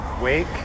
wake